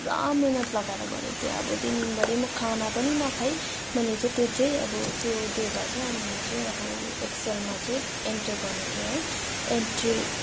पुरा मेहनत लगाएर गरेको थिएँ अब दिनभरि म खाना पनि नखाई मैले चाहिँ त्यो चाहिँ अब त्यो डेटा चाहिँ हामीले चाहिँ अब एकसेलमा चाहिँ एन्टर गर्नु थियो है एन्ट्री